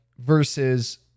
versus